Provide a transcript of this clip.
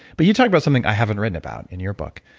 but you talked about something i haven't written about in your book.